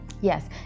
Yes